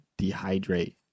dehydrate